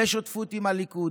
בשותפות עם הליכוד,